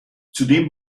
zudem